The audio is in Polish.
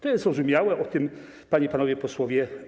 To jest zrozumiałe, mówili o tym panie i panowie posłowie.